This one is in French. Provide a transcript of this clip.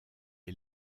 est